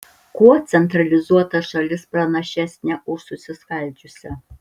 kuo centralizuota šalis pranašesnė už susiskaldžiusią